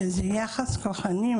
שזה יחס כוחני,